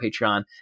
Patreon